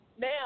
Now